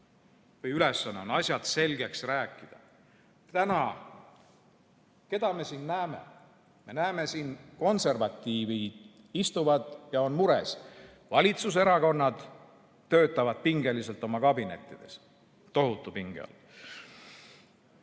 või ülesanne on asjad selgeks rääkida. Keda me täna siin näeme? Me näeme siin konservatiive. Istuvad ja on mures. Valitsuserakonnad töötavad pingeliselt oma kabinettides, tohutu pinge